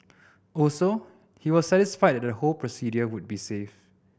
also he was satisfied that the procedure would be safe